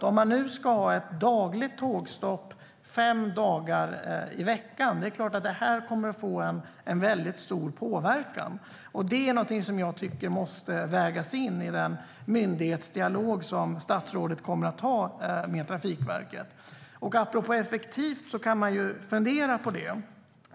Om man nu ska ha ett dagligt tågstopp fem dagar i veckan är det klart att det kommer att få en väldigt stor påverkan. Det är någonting som måste vägas in i den myndighetsdialog som statsrådet kommer att ha med Trafikverket. Apropå effektivt kan man fundera på detta.